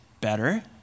better